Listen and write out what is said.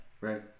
Right